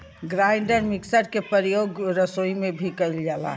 grinder mixer के परियोग रसोई में भी कइल जाला